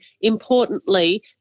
importantly